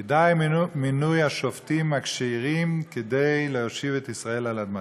"כי די מינוי השופטים הכשירים כדי להושיב את ישראל על אדמתם".